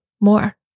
more